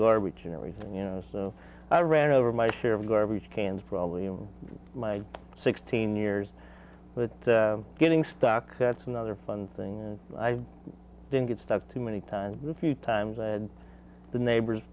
garbage and everything you know i ran over my share of garbage cans probably in my sixteen years but getting stuck that's another fun thing and i didn't get stuck too many times the few times i had the neighbors